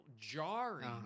jarring